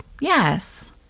Yes